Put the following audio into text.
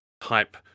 type